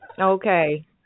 Okay